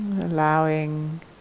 allowing